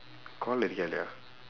call together